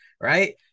Right